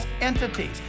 entity